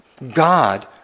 God